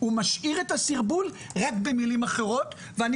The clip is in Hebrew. הוא משאיר את הסרבול רק במילים אחרות ואני